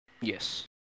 Yes